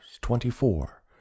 twenty-four